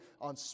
on